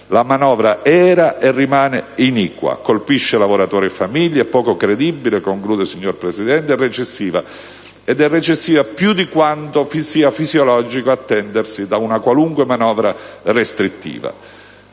La manovra era e rimane iniqua, colpisce lavoratori e famiglie ed è poco credibile, oltre che recessiva. Essa è recessiva più di quanto sia fisiologico attendersi da una qualunque manovra restrittiva.